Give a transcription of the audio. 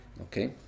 Okay